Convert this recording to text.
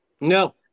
No